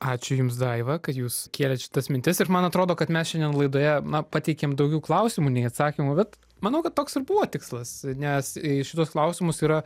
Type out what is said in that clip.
ačiū jums daiva kad jūs kėlėt šitas mintis ir man atrodo kad mes šiandien laidoje na pateikėm daugiau klausimų nei atsakymų bet manau kad toks ir buvo tikslas nes į šituos klausimus yra